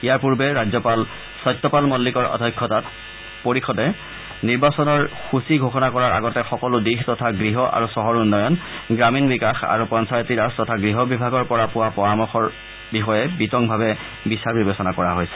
ইযাৰ পূৰ্বে ৰাজ্যপাল সত্যপাল মল্লিকৰ অধ্যক্ষতাৰ পৰিষদে নিৰ্বাচনৰ সূচী ঘোষণা কৰাৰ আগতে সকলো দিশ তথা গৃহ আৰু চহৰ উন্নয়ন গ্ৰামীণ বিকাশ আৰু পঞ্চায়তিৰাজ তথা গৃহ বিভাগৰ পৰা পোৱা পৰামৰ্শৰ ওপৰত বিতংভাৱে বিচাৰ বিবেচনা কৰা হৈছে